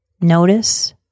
Notice